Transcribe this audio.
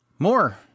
More